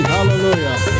Hallelujah